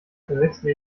verwechsle